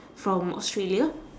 from australia